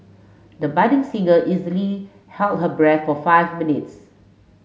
the budding singer easily held her breath for five minutes